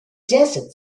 desert